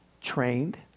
trained